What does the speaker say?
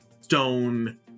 stone